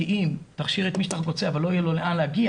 כי אם תכשיר את מי שאתה רק רוצה אבל לא יהיה לו לאן להגיע,